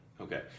Okay